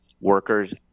workers